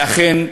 ואכן,